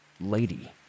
lady